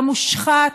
המושחת,